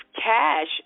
cash